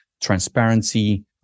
transparency